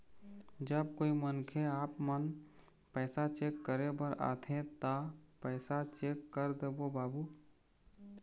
जब कोई मनखे आपमन पैसा चेक करे बर आथे ता पैसा चेक कर देबो बाबू?